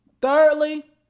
Thirdly